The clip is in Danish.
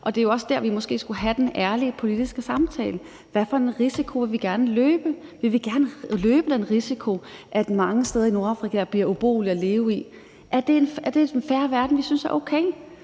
af. Det er også der, vi måske skal have den ærlige politiske samtale: Hvor stor en risiko vil vi gerne løbe? Vil vi gerne løbe den risiko, at mange steder i Nordafrika bliver ubeboelige? Er det en fair verden – en verden, vi synes er okay?